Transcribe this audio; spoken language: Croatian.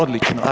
Odlično!